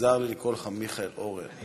מוזר לי לקרוא לך מיכאל אורן.